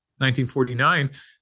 1949